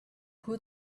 who